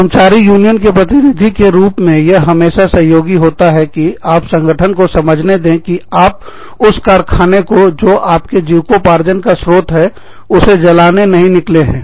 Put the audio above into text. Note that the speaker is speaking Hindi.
कर्मचारी यूनियन के प्रतिनिधि के रूप में यह हमेशा सहयोगी होता है कि आप संगठन को समझने दे कि आप उस कारखाना को जो आपके जीविकोपार्जन का स्रोत है उसे जलाने नहीं निकले है